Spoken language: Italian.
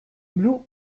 blu